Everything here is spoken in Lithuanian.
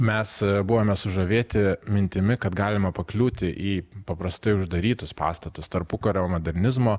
mes buvome sužavėti mintimi kad galima pakliūti į paprastai uždarytus pastatus tarpukario modernizmo